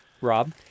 Rob